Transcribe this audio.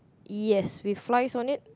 yes with flies on it